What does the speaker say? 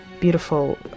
beautiful